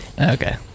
Okay